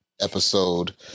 episode